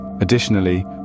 Additionally